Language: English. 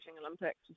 Olympics